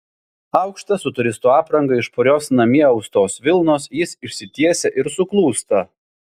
aukštas su turisto apranga iš purios namie austos vilnos jis išsitiesia ir suklūsta